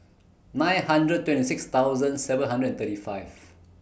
nine hundred twenty six thousand seven hundred and thirty five